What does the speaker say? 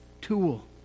tool